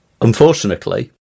Unfortunately